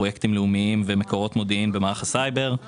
פרויקטים לאומיים ומקורות מודיעין במערך הסייבר;